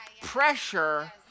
pressure